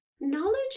Knowledge